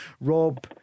Rob